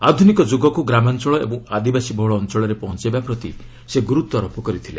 ଆଧୁନିକ ଯୋଗକୁ ଗ୍ରାମାଞ୍ଚଳ ଏବଂ ଆଦିବାସୀ ବହୁଳ ଅଞ୍ଚଳରେ ପହଞ୍ଚାଇବା ପ୍ରତି ସେ ଗୁରୁତ୍ୱାରୋପ କରିଥିଲେ